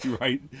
right